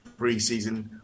preseason